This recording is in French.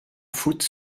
foot